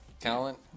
Talent